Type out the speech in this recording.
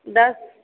दस